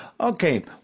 Okay